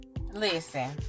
Listen